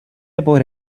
about